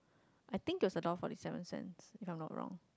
I think it was a dollar forty seven cents if I'm not wrong